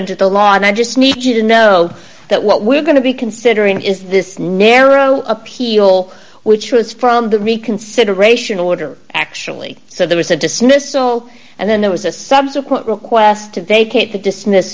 under the law and i just need to know that what we're going to be considering is this narrow appeal which was from the reconsideration order actually so there was a dismissal and then there was a subsequent request to vacate the dismiss